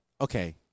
okay